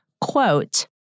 quote